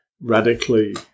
radically